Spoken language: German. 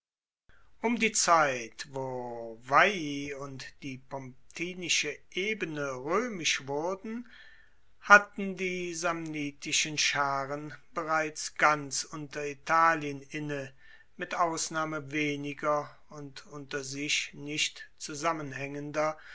um die zeit wo veii und die pomptinische ebene roemisch wurden hatten die samnitischen scharen bereits ganz unteritalien inne mit ausnahme weniger und unter sich nicht zusammenhaengender